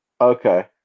Okay